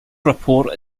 report